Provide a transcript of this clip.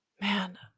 Man